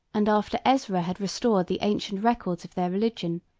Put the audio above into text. and after ezra had restored the ancient records of their religion,